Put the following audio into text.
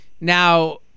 Now